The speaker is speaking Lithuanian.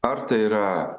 ar tai yra